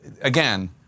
again